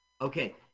Okay